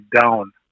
down